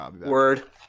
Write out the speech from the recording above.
word